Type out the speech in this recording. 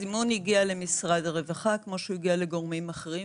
הזימון הגיע למשרד הרווחה כמו שהוא הגיע לגורמים אחרים,